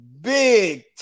big